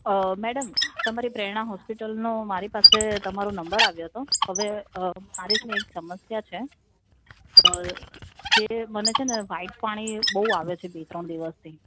madam તમારી પ્રેરણા હૉસ્પિટલનો મારી પાસે તમારો નંબર આવ્યો તો હવે મારે છે ને એક સમસ્યા છે કે મને છે ને વ્હાઈટ પાણી બહુ આવે છે બે ત્રણ દિવસથી